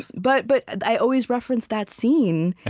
but but i always reference that scene,